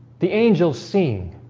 the angels sing